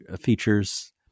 features